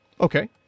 Okay